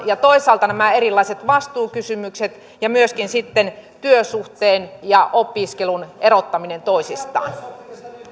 ja toisaalta nämä erilaiset vastuukysymykset ja myöskin sitten työsuhteen ja opiskelun erottaminen toisistaan